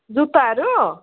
जुत्ताहरू